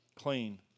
Clean